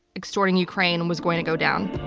extorting ukraine was going to go down.